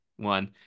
one